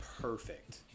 perfect